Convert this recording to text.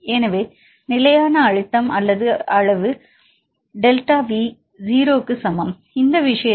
எனவே நிலையான அழுத்தம் மற்றும் அளவு டெல்டா V 0 க்கு சமம் இந்த விஷயத்தில்